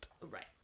Right